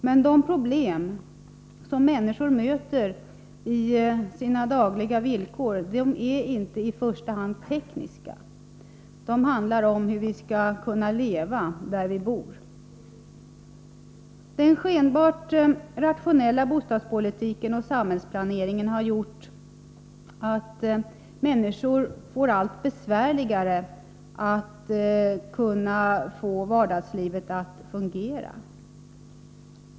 Men de problem som människor möter i sina dagliga villkor är inte i första hand tekniska. De handlar om hur vi skall kunna leva där vi bor. Den skenbart rationella bostadspolitiken och samhällsplaneringen har gjort att det blir allt svårare för människor att få vardagslivet att fungera.